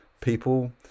people